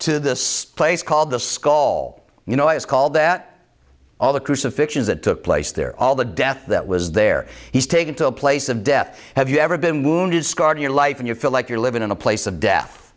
to this place called the skull all you know is called that all the crucifixion that took place there all the death that was there he's taken to a place of death have you ever been wounded scarred your life and you feel like you're living in a place of death